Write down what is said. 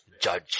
judge